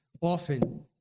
Often